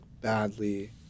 badly